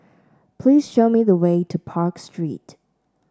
please show me the way to Park Street